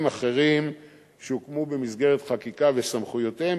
אחרים שהוקמו במסגרת חקיקה וסמכויותיהם,